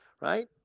Right